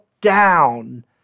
down